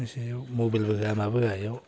बेनि सायाव मबाइलबो होया माबो होया एयाव